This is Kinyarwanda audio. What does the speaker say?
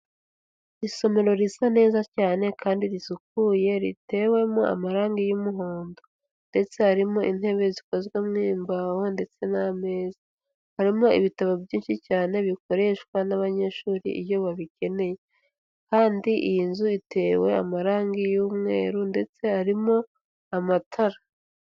Isomero risa neza cyane kandi risukuye ritewemo amarangi y'umuhondo, ndetse harimo intebe zikozwe mu mbaho ndetse n'ameza, harimo ibitabo byinshi cyane bikoreshwa n'abanyeshuri iyo babikeneye, kandi iyi nzu itewe amarangi y'umweru, ndetse harimo amatara.